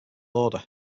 order